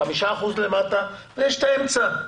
5 אחוזים למטה ויש את האמצע.